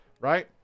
right